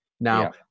Now